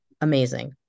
amazing